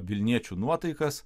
vilniečių nuotaikas